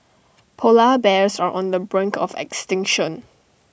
Polar Bears are on the brink of extinction